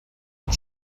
but